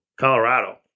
Colorado